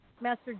Master